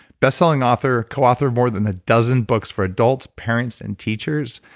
bestselling author, coauthor of more than a dozen books for adults, parents, and teachers,